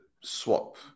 swap